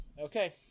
Okay